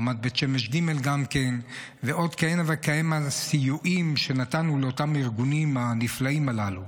גם ברמת בית שמש ג' ועוד כהנה וכהנה סיוע שנתנו לארגונים הנפלאים הללו.